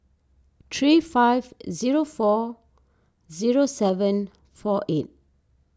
three five zero four zero seven four eight